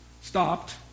stopped